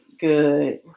good